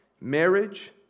marriage